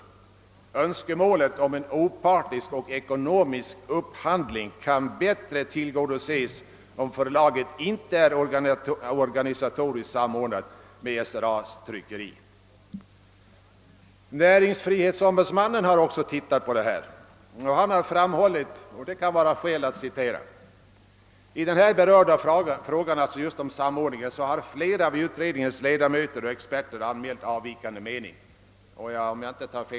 Vi anser att önskemålet om en opartisk och ekonomisk upphandling lättare tillgodoses om de statliga förlagen inte är organisatoriskt samordnade med SRA:s tryckeri. Näringsfrihetsombudsmannen har också behandlat frågan och framhållit följande som det kan vara skäl att citera: »I den här berörda frågan» — beträffande samordningen — »har flera av utredningens ledamöter och experter anmält avvikande mening.»